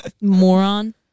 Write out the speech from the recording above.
moron